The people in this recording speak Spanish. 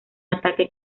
ataque